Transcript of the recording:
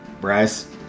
Bryce